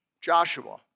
Joshua